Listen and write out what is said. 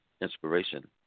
inspiration